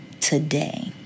today